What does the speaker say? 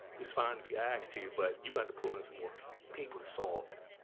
it's fine to be asked here, but you've got to pull in some more people to solve that.